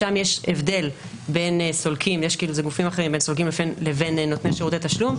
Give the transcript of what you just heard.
שם יש הבדל בין סולקים לבין נותני שירותי תשלום.